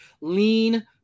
lean